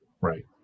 Right